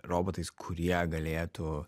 robotais kurie galėtų